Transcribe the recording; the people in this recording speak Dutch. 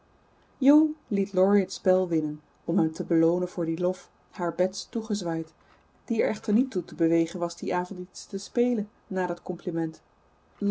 liet laurie het spel winnen om hem te beloonen voor dien lof haar bets toegezwaaid die er echter niet toe te bewegen was dien avond iets te spelen na dat compliment